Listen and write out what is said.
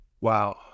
Wow